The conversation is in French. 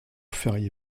férié